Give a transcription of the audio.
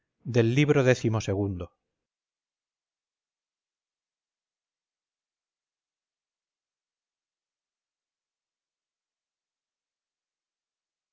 del imperio de